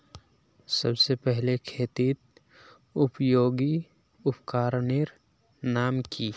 सबसे पहले खेतीत उपयोगी उपकरनेर नाम की?